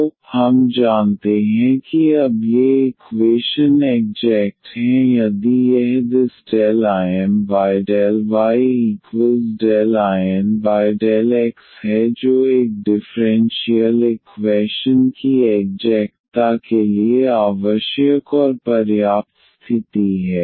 तो हम जानते हैं कि अब ये इक्वेशन एग्जेक्ट हैं यदि यह this IM∂yIN∂x है जो एक डिफ़्रेंशियल इक्वैशन की एग्जेक्टता के लिए आवश्यक और पर्याप्त स्थिति है